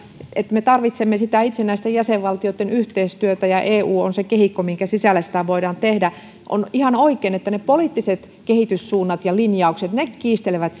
me tarvitsemme itsenäisten jäsenvaltioitten yhteistyötä ja eu on se kehikko minkä sisällä sitä voidaan tehdä on ihan oikein että poliittiset kehityssuunnat ja linjaukset kiistelevät